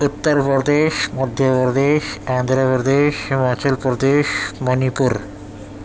اترپردیش مدھیہ پردیش آندھراپردیش ہماچل پردیش منی پور